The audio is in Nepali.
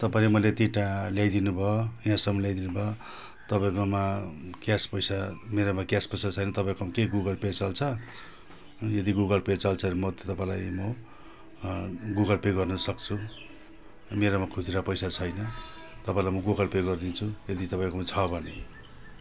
तपाईँले मैले तिनवटा ल्याइदिनु भयो यहाँसम्म ल्याइदिनु भयो तपाईँकोमा क्यास पैसा मेरोमा क्यास पैसा छैन तपाईँकोमा के गुगल पे चल्छ यदि गुगल पे चल्छ भने म तपाईँलाई म गुगल पे गर्नसक्छु मेरोमा खुजुरा पैसा छैन तपाईँलाई म गुगल पे गरिदिन्छु यदि तपाईँकोमा छ भने